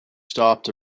stopped